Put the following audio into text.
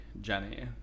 Jenny